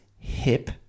hip